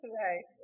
right